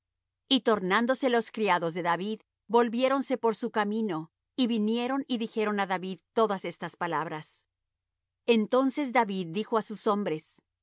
y tornándose los criados de david volviéronse por su camino y vinieron y dijeron á david todas estas palabras entonces david dijo á sus hombres